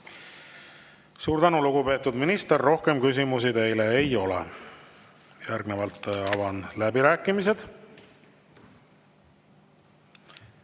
Suur tänu, lugupeetud minister! Rohkem küsimusi teile ei ole. Järgnevalt avan läbirääkimised.